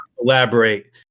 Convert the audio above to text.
elaborate